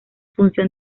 función